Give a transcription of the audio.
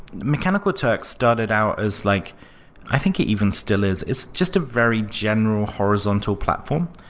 mechanical turk started out as like i think it even still is. it's just a very general horizontal platform,